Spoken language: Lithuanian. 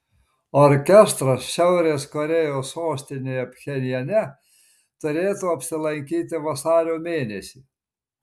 orkestras šiaurės korėjos sostinėje pchenjane turėtų apsilankyti vasario mėnesį